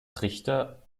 trichter